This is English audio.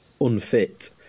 unfit